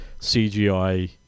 cgi